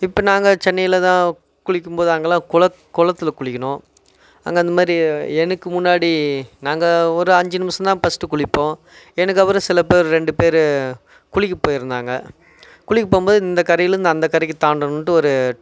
இப்போ நாங்கள் சென்னையில்தான் குளிக்கும்போது அங்கெல்லாம் கொளத் குளத்துல குளிக்கணும் அங்கே அந்தமாதிரி எனக்கு முன்னாடி நாங்கள் ஒரு அஞ்சு நிமிடம் தான் ஃபஸ்ட் குளிப்போம் எனக்கு அப்புறம் சிலப்பேர் ரெண்டுப்பேர் குளிக்கப் போயிருந்தாங்க குளிக்கப்போகும்போது இந்த கரையிலேருந்து அந்தக்கரைக்குத் தாண்டணுன்ட்டு ஒரு